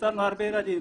הצלנו הרבה ילדים,